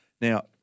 Now